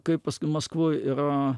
kaip paskui maskvoj yra